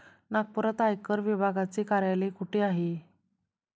नागपुरात आयकर विभागाचे कार्यालय कुठे आहे?